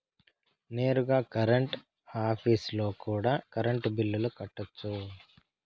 నేరుగా కరెంట్ ఆఫీస్లో కూడా కరెంటు బిల్లులు కట్టొచ్చు